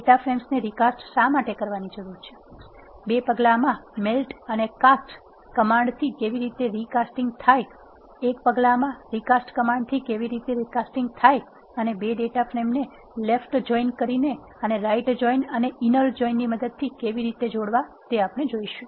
data ફ્રેમ્સને recast શા માટે કરવાની જરૂર છે 2 પગલામાં મેલ્ટ અને કાસ્ટ કમાન્ડથી કેવી રીતે રિકાસ્ટીંગ થાય 1 પગલામાં રિકાસ્ટ કામાન્ડથી કેવી રીતે રિકાસ્ટીંગ થાય અને બે ડેટા ફ્રેમને લેફ્ટ જોઈનરાઈટ જોઈન અને ઇનર જોઈન ની મદદથી કેવી રીતે જોડવા તે જોઈશું